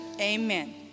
Amen